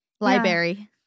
library